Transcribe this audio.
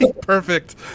perfect